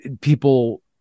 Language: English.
people